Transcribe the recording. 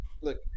Look